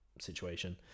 situation